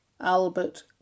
Albert